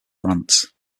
france